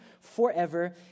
forever